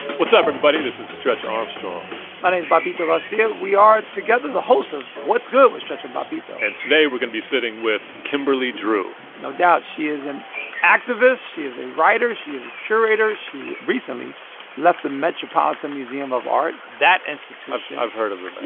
what's up, everybody? this is stretch armstrong my name's bobbito garcia. we are together the hosts of what's good with stretch and bobbito and today we're going to be sitting with kimberly drew no doubt. she is an and activist. she is a writer. she is a curator. she recently left the metropolitan museum of art. that institution. i've heard of the